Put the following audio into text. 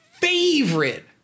favorite